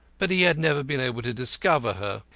but he had never been able to discover her.